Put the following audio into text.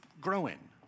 growing